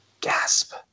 gasp